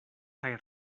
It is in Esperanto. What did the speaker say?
kaj